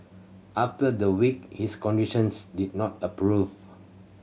after the week his conditions did not a prove